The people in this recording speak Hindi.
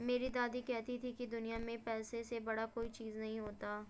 मेरी दादी कहती थी कि दुनिया में पैसे से बड़ा कोई चीज नहीं होता